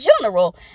general